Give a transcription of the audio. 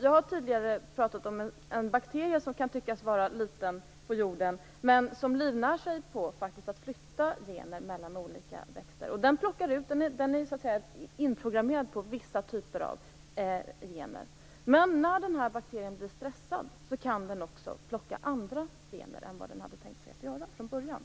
Jag har tidigare pratat om en bakterie som kan tyckas vara liten på jorden men som faktiskt livnär sig på att flytta gener mellan olika växter. Den är så att säga inprogrammerad på vissa typer av gener. När bakterien blir stressad kan den också plocka andra gener än vad den hade tänkt sig från början.